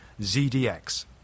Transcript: ZDX